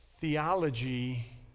theology